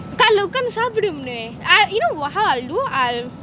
காலைல உக்காந்து சாப்புடும்னு:kaalaila utkanthu saapidumnu you know how I'll do I'll